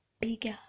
bigger